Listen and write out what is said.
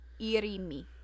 irimi